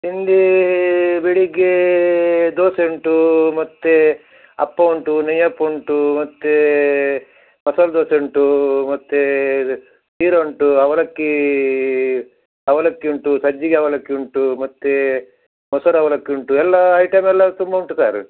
ತಿಂಡಿ ಬೆಳಗ್ಗೆ ದೋಸೆ ಉಂಟು ಮತ್ತು ಅಪ್ಪ ಉಂಟು ನೆಯ್ಯಪ್ಪ ಉಂಟು ಮತ್ತು ಮಸಾಲೆ ದೋಸೆ ಉಂಟು ಮತ್ತು ಶೀರ ಉಂಟು ಅವಲಕ್ಕಿ ಅವಲಕ್ಕಿ ಉಂಟು ಸಜ್ಜಿಗೆ ಅವಲಕ್ಕಿ ಉಂಟು ಮತ್ತು ಮೊಸರು ಅವಲಕ್ಕಿ ಉಂಟು ಎಲ್ಲಾ ಐಟಮ್ ಎಲ್ಲ ತುಂಬ ಉಂಟು ಸರ